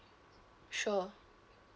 sure